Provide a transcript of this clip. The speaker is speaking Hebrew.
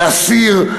להסיר,